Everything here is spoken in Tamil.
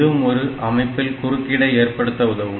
இதுவும் ஒரு அமைப்பில் குறுக்கீடை ஏற்படுத்த உதவும்